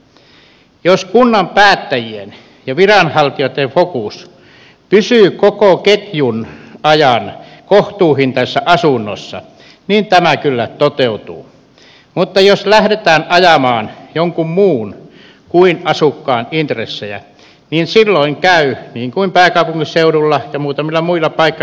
jos kunnan päättäjien ja viranhaltijoiden fokus pysyy koko ketjun ajan kohtuuhintaisessa asunnossa niin tämä kyllä toteutuu mutta jos lähdetään ajamaan jonkun muun kuin asukkaan intressejä niin silloin käy niin kuin pääkaupunkiseudulla ja muutamilla muilla paikkakunnilla on tapahtunut